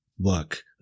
work